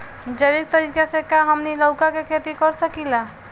जैविक तरीका से का हमनी लउका के खेती कर सकीला?